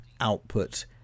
output